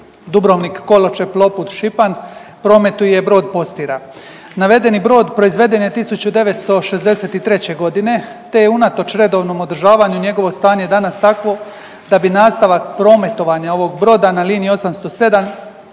Dubrovnik – Koločep – Čopud – Šipan prometuje brod Postira. Navedeni brod proizveden je 1963. godine te je unatoč redovnom održavanju njegovo stanje danas takvo da bi nastavak prometovanja ovog broda na liniji 807